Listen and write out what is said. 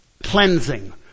Cleansing